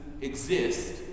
exist